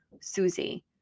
Susie